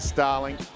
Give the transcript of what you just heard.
Starling